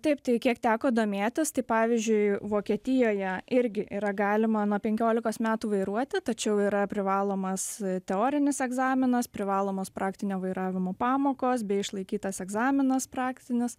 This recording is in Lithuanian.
taip tai kiek teko domėtis tai pavyzdžiui vokietijoje irgi yra galima nuo penkiolikos metų vairuoti tačiau yra privalomas teorinis egzaminas privalomos praktinio vairavimo pamokos bei išlaikytas egzaminas praktinis